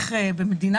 חגיגי,